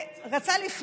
ברצוני לברך את